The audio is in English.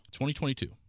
2022